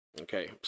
Okay